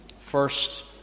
First